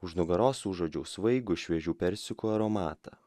už nugaros užuodžiau svaigų šviežių persikų aromatą